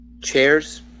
Chairs